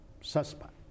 Suspect